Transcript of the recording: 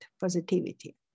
positivity